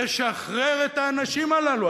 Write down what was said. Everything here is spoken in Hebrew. תשחרר את האנשים הללו.